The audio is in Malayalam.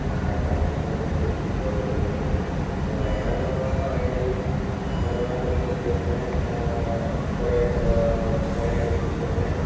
ചാനലുകൾനൊക്കെ പറഞ്ഞുകഴിഞ്ഞാൽ ട്വൻ്റി ഫോർ ഏഷ്യാനെറ്റ് ന്യൂസ് നമ്മുടെ വയനാട്ടിനെന്നു പറഞ്ഞാൽ വയനാട് വിഷൻ മലനാട് ന്യൂസ് അങ്ങനെ അത് കുറേ വയനാട് ന്യൂസ് അങ്ങനെ